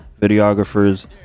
videographers